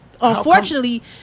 Unfortunately